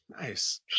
Nice